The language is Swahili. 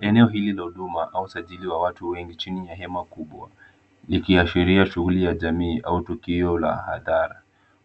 Eneo hili la huduma au usajili wa watu wengi chini ya hema kubwa likiashiria shughuli ya jamii au tukio la hadhara.